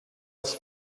has